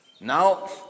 Now